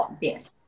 Yes